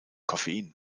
koffein